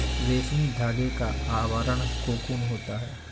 रेशमी धागे का आवरण कोकून होता है